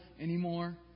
anymore